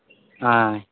ఆ